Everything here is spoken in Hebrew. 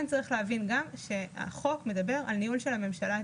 צריך גם להבין שהחוק מדבר על ניהול של הממשלה את